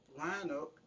lineup